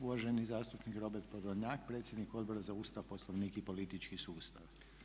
Uvaženi zastupnik Robert Podolnjak predsjednik Odbora za Ustav, Poslovnik i politički sustav.